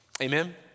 Amen